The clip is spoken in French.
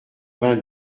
vingt